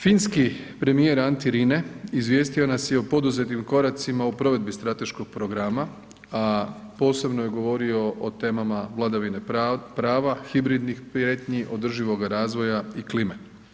Finski premijer Antti Rinne izvijestio nas je o poduzetim koracima u provedbi strateškog programa, a posebno je govorio o temama vladavine prava, hibridnih prijetnji, održivoga razvoja i klime.